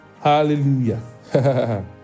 hallelujah